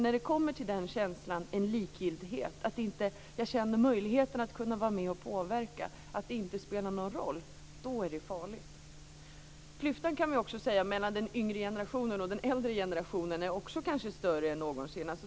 När det till den känslan kommer en likgiltighet, att man inte känner att man har möjlighet att vara med och påverka, att det inte spelar någon roll, är det farligt. Klyftan mellan den yngre och den äldre generationen kanske också är större än någonsin.